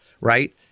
right